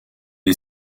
est